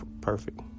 perfect